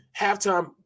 halftime